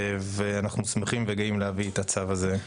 אנחנו שמחים וגאים להביא את הצו הזה לכאן.